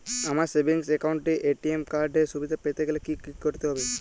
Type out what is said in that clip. আমার savings account এ ATM card এর সুবিধা পেতে গেলে কি করতে হবে?